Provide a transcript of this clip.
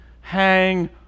hang